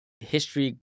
History